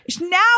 Now